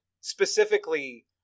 specifically